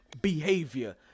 behavior